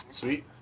Sweet